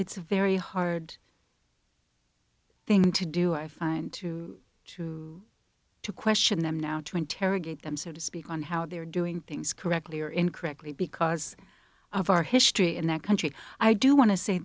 very hard thing to do i find to to to question them now to interrogate them so to speak on how they're doing things correctly or incorrectly because of our history in that country i do want to say